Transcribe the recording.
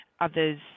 others